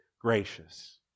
gracious